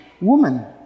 Woman